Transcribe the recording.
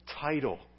title